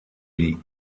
die